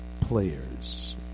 players